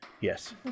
Yes